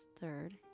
third